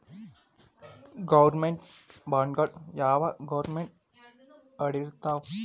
Government ಬಾಂಡ್ಗಳು ಯಾವ್ government ಅಂಡರಿರ್ತಾವ?